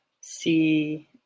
see